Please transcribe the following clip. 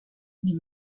you